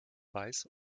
weiß